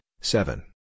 seven